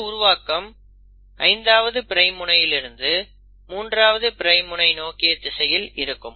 இந்த உருவாக்கம் 5ஆவது பிரைம் முனையிலிருந்து 3ஆவது பிரைம் முனை நோக்கிய திசையில் இருக்கும்